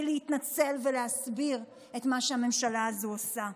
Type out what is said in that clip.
להתנצל ולהסביר את מה שהממשלה הזו עושה.